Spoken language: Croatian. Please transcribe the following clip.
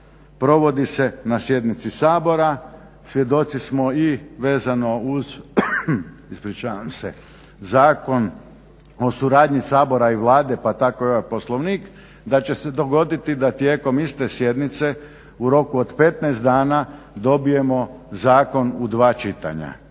provodi se na sjednici Sabora. Svjedoci smo i vezano uz zakon o suradnji Sabora i Vlade pa tako i ovaj Poslovnik, da će se dogoditi da tijekom iste sjednice u roku od 15 dana dobijemo zakon u dva čitanja.